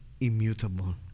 immutable